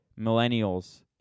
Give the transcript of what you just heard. millennials